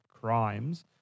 crimes